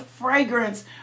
fragrance